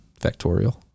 factorial